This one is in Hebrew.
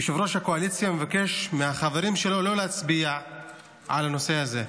יושב-ראש הקואליציה מבקש מהחברים שלו לא להצביע על הנושא הזה,